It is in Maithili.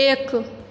एक